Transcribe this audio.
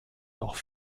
noch